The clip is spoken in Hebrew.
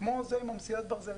כמו הנושא של מסילת ברזל,